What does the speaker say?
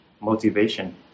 motivation